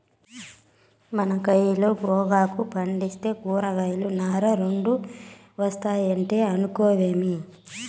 మన కయిలో గోగాకు పంటేస్తే కూరాకులు, నార రెండూ ఒస్తాయంటే ఇనుకోవేమి